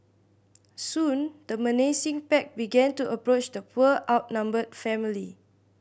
soon the menacing pack began to approach the poor outnumbered family